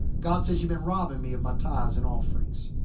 god says, you've been robbing me of my tithes and offerings.